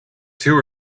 two